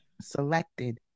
selected